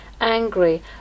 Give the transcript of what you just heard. angry